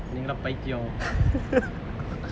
நீங்க எல்லாம் பைத்தியம்:neenga ellam paithiyam